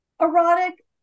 erotic